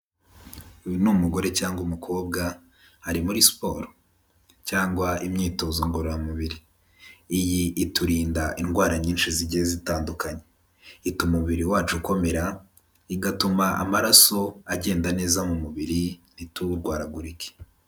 Uyu ni umugore cyangwa umukobwa ari muri siporo cyangwa imyitozo ngororamubiri, iyi iturinda indwara nyinshi zigiye zitandukanye, ituma umubiri wacu ukomera igatuma amaraso agenda neza mu mubiri ntiturwaragurike.